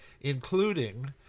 including